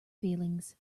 feelings